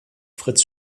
fritz